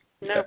No